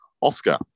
Oscar